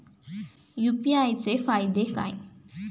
UPI चे फायदे काय?